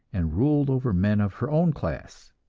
and ruled over men of her own class.